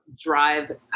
drive